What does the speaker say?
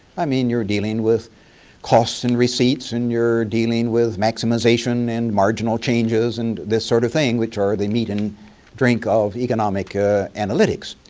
i mean you're dealing with costs and receipts and you're dealing with maximization and marginal changes and this sort of thing which are the need and drink of economic analytics.